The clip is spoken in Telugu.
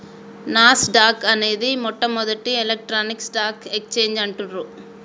నాస్ డాక్ అనేది మొట్టమొదటి ఎలక్ట్రానిక్ స్టాక్ ఎక్స్చేంజ్ అంటుండ్రు